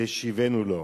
תשיבנו לו".